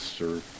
serve